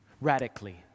Radically